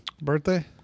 birthday